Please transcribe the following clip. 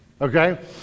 Okay